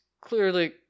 clearly